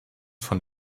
von